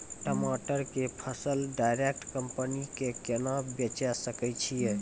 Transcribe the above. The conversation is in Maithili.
टमाटर के फसल डायरेक्ट कंपनी के केना बेचे सकय छियै?